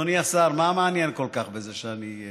אדוני השר, מה מעניין כל כך בזה שאני,